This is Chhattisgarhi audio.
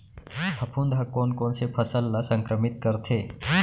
फफूंद ह कोन कोन से फसल ल संक्रमित करथे?